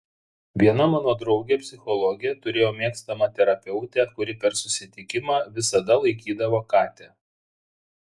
viena mano draugė psichologė turėjo mėgstamą terapeutę kuri per susitikimą visada laikydavo katę